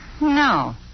No